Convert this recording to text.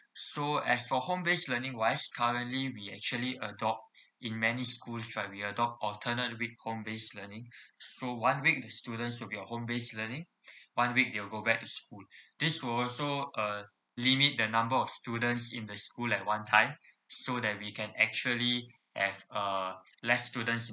so as for home based learning wise currently we actually adopt in many schools like we adopt alternate week home based learning so one week the students will be of home based learning one week they'll go back to school this will also uh limit the number of students in the school at one time so that we can actually have uh less students